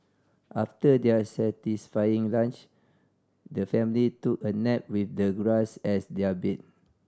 after their satisfying lunch the family took a nap with the grass as their bed